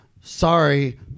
Sorry